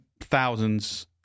thousands